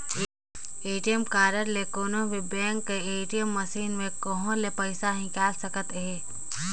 ATM card ले कोनो भी बेंक कर ए.टी.एम मसीन में कहों ले पइसा हिंकाएल सकत अहे